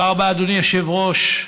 תודה רבה, אדוני היושב-ראש.